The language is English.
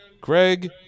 Greg